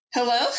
Hello